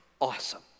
awesome